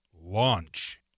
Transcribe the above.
launch